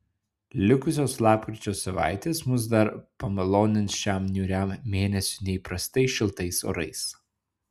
likusios lapkričio savaitės mus dar pamalonins šiam niūriam mėnesiui neįprastai šiltais orais